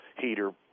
heater